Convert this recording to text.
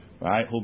Right